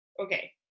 Okay